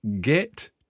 get